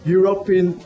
European